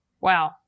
Wow